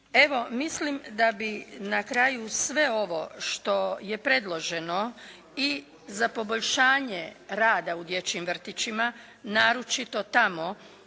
mislim da bi na kraju sve ovo što je predloženo i za poboljšanje rada u dječjim vrtićima, naročito tamo